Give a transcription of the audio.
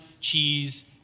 cheese